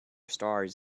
stars